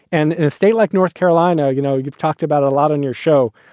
and a state like north carolina. you know, you've talked about a lot on your show,